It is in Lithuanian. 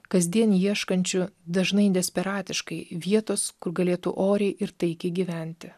kasdien ieškančių dažnai desperatiškai vietos kur galėtų oriai ir taikiai gyventi